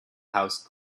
house